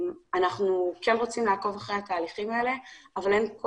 אנחנו כן רוצים לעקוב אחרי התהליכים האלה אבל אין כל